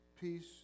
peace